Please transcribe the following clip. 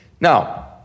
Now